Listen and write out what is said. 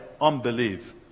unbelief